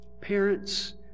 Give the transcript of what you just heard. Parents